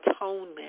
atonement